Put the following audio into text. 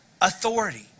authority